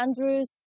Andrew's